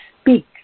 speak